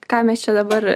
ką mes čia dabar